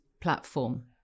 platform